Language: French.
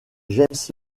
est